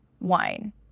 wine